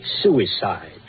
suicide